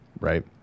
Right